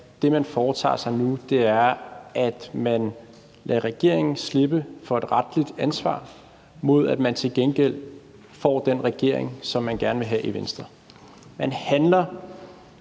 som man foretager sig nu, er, at man lader regeringen slippe for et retligt ansvar, mod at man til gengæld får den regering, som man i Venstre gerne vil have. Man handler